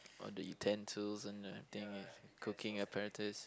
all the utensils and the thing and cooking apparatus